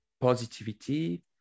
positivity